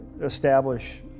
establish